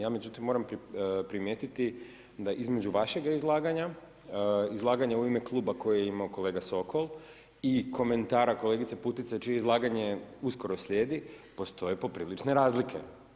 Ja međutim moram primijetiti da između vašeg izlaganja, izlaganja u ime kluba koji je imao kolega Sokol i komentara kolegice Putice čije izlaganje uskoro slijedi postoje poprilične razlike.